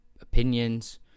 opinions